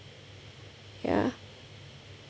ya